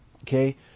Okay